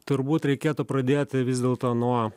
turbūt reikėtų pradėti vis dėlto nuo